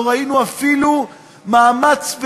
לא ראינו אפילו מאמץ,